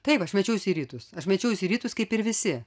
taip aš mečiausi į rytus aš mečiausi į rytus kaip ir visi